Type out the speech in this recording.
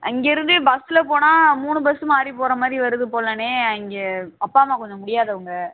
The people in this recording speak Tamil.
அங்கேருந்து பஸ்ல போனால் மூணு பஸ்ஸு மாறி போகிற மாதிரி வருது போலண்ணே அங்கே அப்பா அம்மா கொஞ்சம் முடியாதவங்கள்